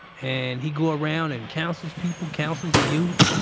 and he do around and counsels people, counsels youth,